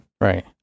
Right